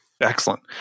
Excellent